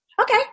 Okay